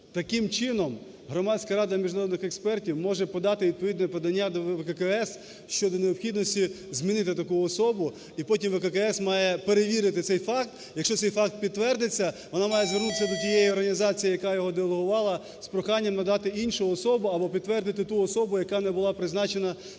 Таким чином Громадська рада міжнародних експертів може подати відповідне подання до ВККС щодо необхідності змінити таку особу, і потім ВККС має перевірити цей факт. Якщо цей факт підтвердиться, вона має звернутися до тієї організації, яка його делегувала з проханням надати іншу особу або підтвердити ту особу, яка не була призначена з-поміж